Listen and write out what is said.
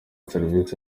serivisi